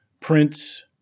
Prince